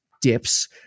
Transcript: dips